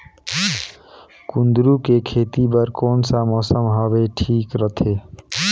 कुंदूरु के खेती बर कौन सा मौसम हवे ठीक रथे?